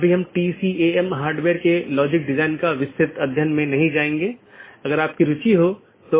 यदि इस संबंध को बनाने के दौरान AS में बड़ी संख्या में स्पीकर हैं और यदि यह गतिशील है तो इन कनेक्शनों को बनाना और तोड़ना एक बड़ी चुनौती है